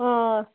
آ